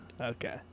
Okay